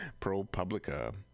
ProPublica